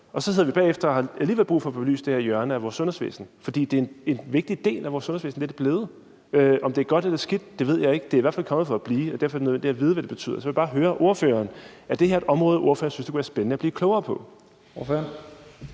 Og så sidder vi bagefter og har alligevel brug for at få belyst det her hjørne af vores sundhedsvæsen, fordi det en vigtig del af vores sundhedsvæsen; det er det blevet. Om det er godt eller skidt, ved jeg ikke. Det er i hvert fald kommet for at blive, og derfor er det nødvendigt at vide, hvad det betyder. Så jeg vil bare høre ordføreren: Er det her et område, som ordføreren synes det kunne være spændende at blive klogere på?